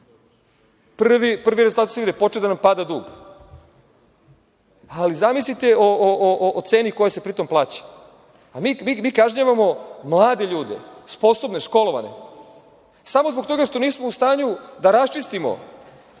Prvi rezultati se vide, počeo je da nam pada dug. Ali, zamislite cenu koja se pri tome plaća. Mi kažnjavamo mlade ljude, sposobne, školovane, samo zbog toga što nismo u stanju da raščistimo